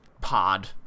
pod